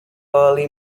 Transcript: early